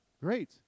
great